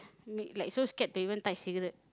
make like so scared to even touch cigarette